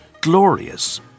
glorious